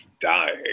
dying